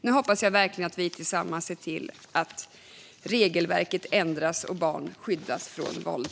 Nu hoppas jag verkligen att vi tillsammans ser till att regelverket ändras och att barn skyddas från våld.